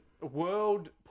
world